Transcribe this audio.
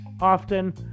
often